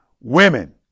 women